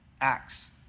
acts